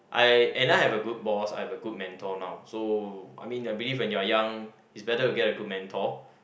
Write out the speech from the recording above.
I and I have a good boss I have a good mentor now so I mean I believe when you're young is better to get a good mentor